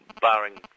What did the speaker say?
barring